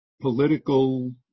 political